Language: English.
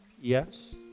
Yes